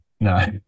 No